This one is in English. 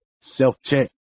self-check